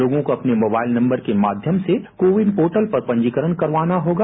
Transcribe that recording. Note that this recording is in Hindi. लोगों को अपने मोबाइल नम्बर में माध्यम से कोविन पोर्टल पर पंजीकरण करवाना होगा